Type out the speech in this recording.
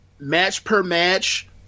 match-per-match